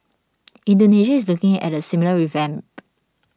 Indonesia is looking at a similar revamp